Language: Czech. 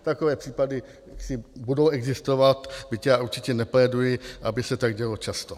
Takové případy budou existovat, byť já určitě nepléduji, aby se tak dělo často.